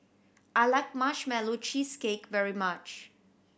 I like Marshmallow Cheesecake very much